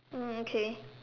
mm okay